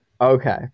Okay